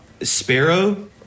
Sparrow